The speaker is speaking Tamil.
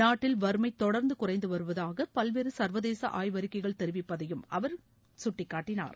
நாட்டில் வறுமை தொடர்ந்து குறைந்து வருவதாக பல்வேறு சர்வதேச ஆய்வறிக்கைகள் தெரிவிப்பதையும் அவர் சுட்டிக்காட்டினார்